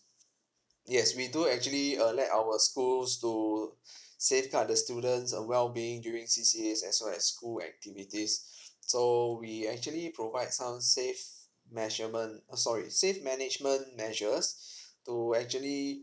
yes we do actually uh let our schools to safeguard the students uh well being during C C A as well as school activities so we actually provide some safe measurement uh sorry save management measures to actually